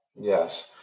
Yes